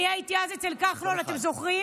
בבקשה, חברת הכנסת מירב בן ארי.